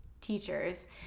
teachers